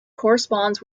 corresponds